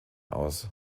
aus